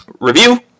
review